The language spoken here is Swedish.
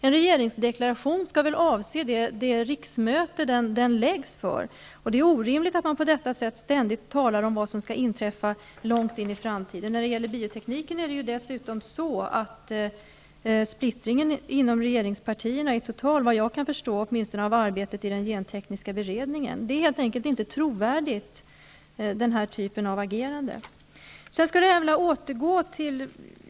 En regeringsdeklaration skall väl avse det riksmöte då deklarationen presenterades? Det är orimligt att på detta sätt ständigt tala om sådant som skall inträffa långt in i framtiden. Splittringen inom regeringspartierna är vad jag förstår total när det gäller frågan om biotekniken -- åtminstone skulle det gälla arbetet inom den gentekniska beredningen. Ett sådant agerande är inte trovärdigt.